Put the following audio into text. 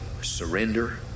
surrender